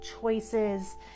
choices